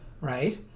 right